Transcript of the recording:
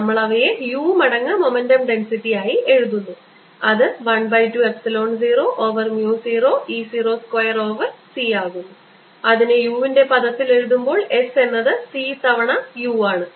നമ്മൾ അവയെ u മടങ്ങ് മൊമെൻ്റം ഡെൻസിറ്റി ആയി എഴുതുന്നു അത് 1 by 2 epsilon 0 over mu 0 E 0 square over c ആകുന്നു അതിനെ u ൻറെ പദത്തിൽ എഴുതുമ്പോൾ s എന്നത് c തവണ u ആണ്